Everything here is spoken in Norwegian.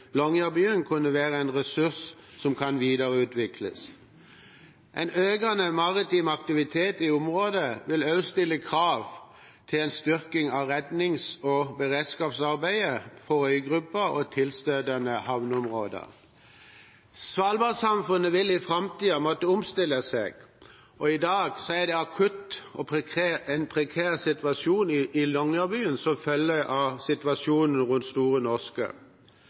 kunne være en ressurs som kan videreutvikles. En økende maritim aktivitet i området vil også stille krav til en styrking av rednings- og beredskapsarbeidet på øygruppen og i tilstøtende havområder. Svalbardsamfunnet vil i framtiden måtte omstille seg. I dag er det en akutt og prekær situasjon i Longyearbyen som følge av sitasjonen rundt Store Norske.